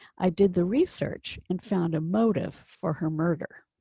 i did the research and found a motive for her murder.